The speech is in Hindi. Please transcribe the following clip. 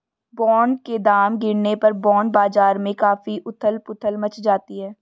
बॉन्ड के दाम गिरने पर बॉन्ड बाजार में काफी उथल पुथल मच जाती है